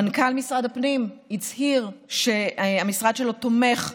מנכ"ל משרד הפנים שהמשרד שלו תומך,